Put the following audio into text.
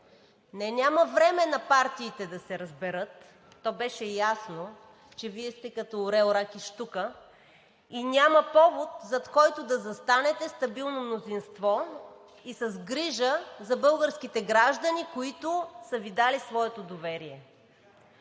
Не няма време на партиите да се разберат – то беше ясно, че Вие сте като орел, рак и щука, и няма повод, зад който да застанете стабилно мнозинство и с грижа за българските граждани, които са Ви дали своето доверие.